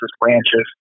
branches